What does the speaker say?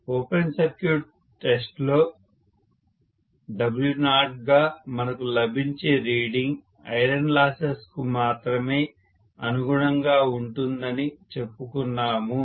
open circuit test లో W0గా మనకు లభించే రీడింగ్ ఐరన్ లాసెస్ కు మాత్రమే అనుగుణంగా ఉంటుందని చెప్పుకున్నాము